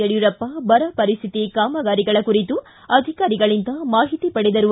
ಯಡಿಯೂರಪ್ಪ ಬರ ಪರಿಶ್ಠಿತಿ ಕಾಮಗಾರಿಗಳ ಕುರಿತು ಅಧಿಕಾರಿಗಳಿಂದ ಮಾಹಿತಿ ಪಡೆದರು